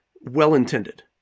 well-intended